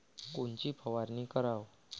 कोनची फवारणी कराव?